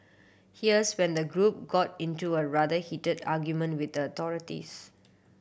here's when the group got into a rather heated argument with the authorities